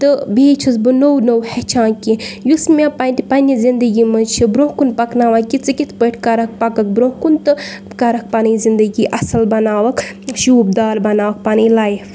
تہٕ بیٚیہِ چھٮ۪س بہٕ نو نو ہیٚچھان کینٛہہ یُس مےٚ پَتہِ پنٛںہِ زندٔگی منٛز چھِ برونٛہہ کُن پَکناوان کہِ ژٕ کِتھ پٲٹھۍ کَرَکھ پَکَکھ برونٛہہ کُن تہٕ کَرَکھ پَنٕنۍ زندٔگی اَصٕل بَناوَکھ شوٗب دار بَناوَکھ پَنٕنۍ لایِف